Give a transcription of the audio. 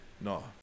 no